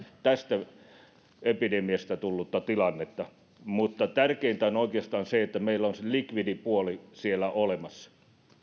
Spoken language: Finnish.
tästä epidemiasta tullutta tilannetta tärkeintä on oikeastaan se että meillä on se likvidipuoli siellä olemassa